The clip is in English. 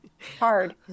Hard